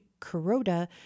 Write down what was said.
Kuroda